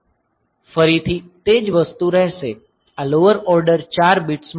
ફરીથી તે જ વસ્તુ રહેશે આ લોવર ઓર્ડર 4 બિટ્સ માટે